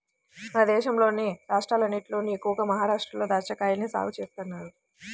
మన దేశంలోని రాష్ట్రాలన్నటిలోకి ఎక్కువగా మహరాష్ట్రలో దాచ్చాకాయల్ని సాగు చేత్తన్నారు